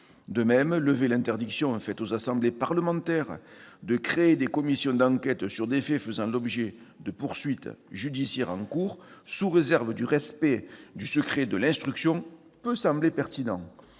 De même, lever l'interdiction faite aux assemblées parlementaires de créer des commissions d'enquête sur des faits faisant l'objet de poursuites judiciaires, sous réserve du respect du secret de l'instruction, peut sembler pertinent.